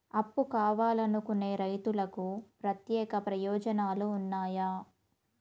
అప్పు కావాలనుకునే రైతులకు ప్రత్యేక ప్రయోజనాలు ఉన్నాయా?